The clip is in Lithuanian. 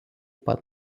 pat